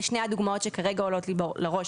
ושתי הדוגמאות שעולות לי כרגע לראש,